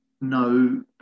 no